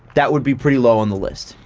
that would be pretty low on the list.